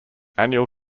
annual